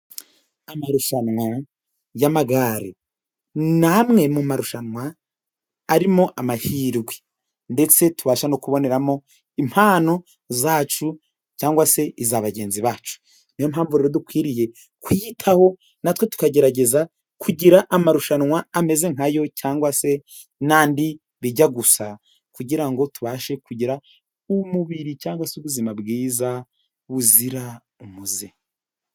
Amarushanwa ry'amagare, ni amwe mu marushanwa arimo amahirwe ndetse tubasha no kuboneramo impano zacu, cyangwa se iza bagenzi bacu, niyo mpamvu rero dukwiriye kuyitaho, natwe tukagerageza kugira amarushanwa ameze nkayo, cyangwa se n'andi bijya gusa, kugira ngo tubashe kugira umubiri, cyangwa se ubuzima bwiza buzira umuze.